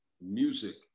music